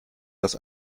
dass